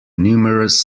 numerous